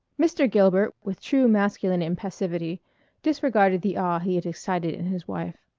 mr. gilbert with true masculine impassivity disregarded the awe he had excited in his wife.